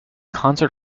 concert